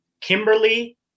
Kimberly